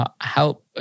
help